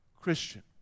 Christian